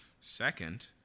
Second